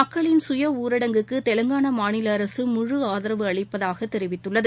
மக்களின் ஊரடங்குக்குதெலங்கானாமாநிலஅரசு சுய ஆதரவு ழ அளிப்பதாகதெரிவித்துள்ளது